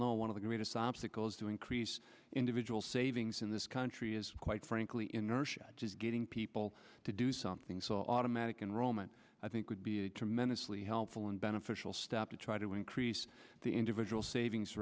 know one of the greatest obstacles do increase individual savings in this country is quite frankly inertia is getting people to do something so automatic enrollment i think would be a tremendously helpful and beneficial step to try to increase the individual savings